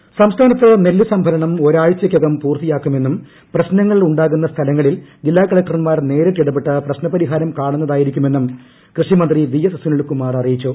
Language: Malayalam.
നെല്ല് സംഭരണം പു സംസ്ഥാനത്ത് നെല്ല് സംഭരണം ഒരാഴ്ചയ്ക്കകം പൂർത്തിയാക്കുമെന്നും പ്രശ്നങ്ങൾ ഉണ്ടാകുന്ന സ്ഥലങ്ങളിൽ ജില്ലാ കളക്ടർമാർ നേരിട്ട് ഇടപെട്ട് പ്രശ്നപരിഹാരം കാണുന്നതായിരിക്കുമെന്നും കൃഷി മന്ത്രി വി എസ് സുനിൽകുമാർ അറിയിച്ചു